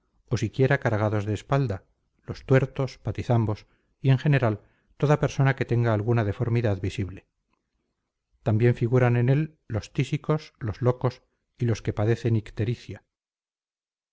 o siquiera cargados de espalda los tuertos patizambos y en general toda persona que tenga alguna deformidad visible también figuran en él los tísicos los locos y los que padecen